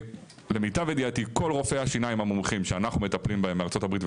לגבי רופאי שיניים מומחים - יש בעיה.